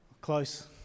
close